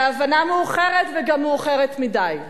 בהבנה מאוחרת, וגם מאוחרת מדי,